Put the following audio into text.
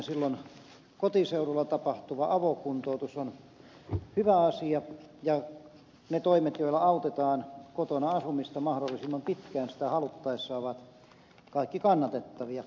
silloin kotiseudulla tapahtuva avokuntoutus on hyvä asia ja ne toimet joilla autetaan kotona asumista mahdollisimman pitkään sitä haluttaessa ovat kaikki kannatettavia